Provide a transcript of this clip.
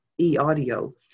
e-audio